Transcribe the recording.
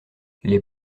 les